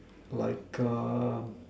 like err